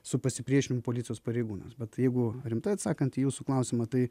su pasipriešinimu policijos pareigūnams bet jeigu rimtai atsakant į jūsų klausimą tai